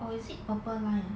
or is it purple line ah